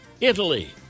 Italy